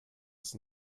ist